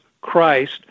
Christ